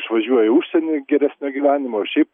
išvažiuoja į užsienį geresnio gyvenimo ir šiaip